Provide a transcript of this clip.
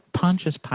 Pontius